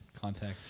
contact